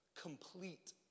complete